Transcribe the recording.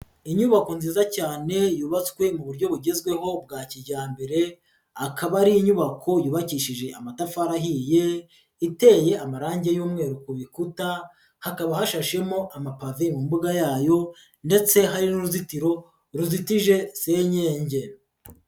Inyubako nziza cyane yubatswe mu buryo bugezweho bwa kijyambere, akaba ari inyubako yubakishije amatafari ahiye, iteye amarangi y'umweru bikuta, hakaba hashashemo amapave mu mbuga yayo ndetse hari n'uruzitiro rudutije senyenge.